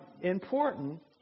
important